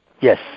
Yes